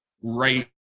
right